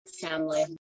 Family